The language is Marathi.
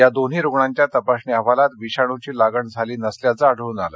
या दोन्ही रुग्णांच्या तपासणी अहवालात विषाणूची लागण झाली नसल्याचं आढळून आलं